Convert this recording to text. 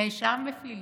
נאשם בפלילים,